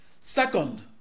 Second